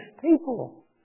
people